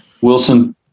Wilson